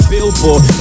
Billboard